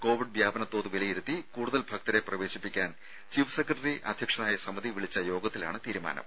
Covid വ്യാപന തോത് വിലയിരുത്തി കൂടുതൽ ഭക്തരെ പ്രവേശിപ്പിക്കാൻ ചീഫ് സെക്രട്ടറി അധ്യക്ഷ നായ സമിതി വിളിച്ച യോഗത്തിലാണ് തീരുമാനം